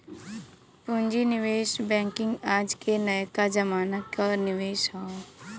पूँजी निवेश बैंकिंग आज के नयका जमाना क निवेश हौ